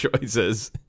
choices